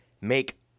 make